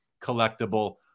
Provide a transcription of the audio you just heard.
collectible